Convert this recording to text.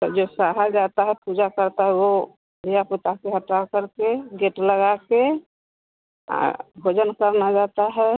तो जो सहा जाता है पूजा करता है वह पोता के हटाकर के गेट लगाकर भोजन करना जाता है